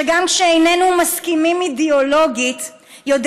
שגם כשאיננו מסכימים אידיאולוגית יודע